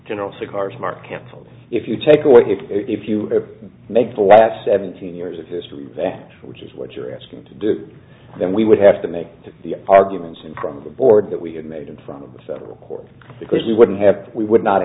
general cigars mark canceled if you take away if you make the last seventeen years of history which is what you're asking to do then we would have to make the arguments in front of the board that we had made in front of the federal court because we wouldn't have we would not